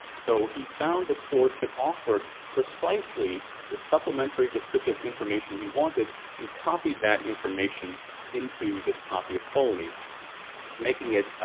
so he found a source that offered precisely the supplementary descriptive information he wanted and copied that information into this copy of ptolemy making it